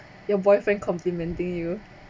your boyfriend complimenting you